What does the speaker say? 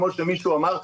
כמו שמישהו אמר,